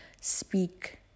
speak